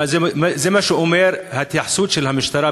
זה מה שאומרת ההתייחסות של המשטרה,